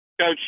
Coach